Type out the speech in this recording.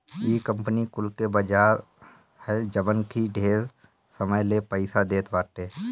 इ कंपनी कुल के बाजार ह जवन की ढेर समय ले पईसा देत बाटे